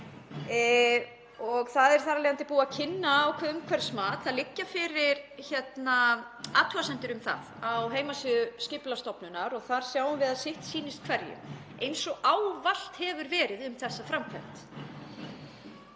Það er þar af leiðandi búið að kynna ákveðið umhverfismat. Það liggja fyrir athugasemdir um það á heimasíðu Skipulagsstofnunar og þar sjáum við að sitt sýnist hverjum, eins og ávallt hefur verið um þessa framkvæmd.